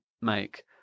make